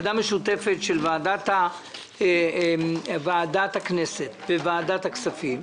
ועדה משותפת של ועדת הכנסת בוועדת הכספים,